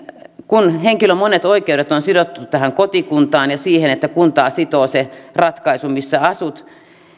kun henkilön monet oikeudet on sidottu tähän kotikuntaan ja siihen että kuntaa sitoo se ratkaisu missä asut